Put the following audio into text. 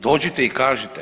Dođite i kažite.